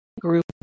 group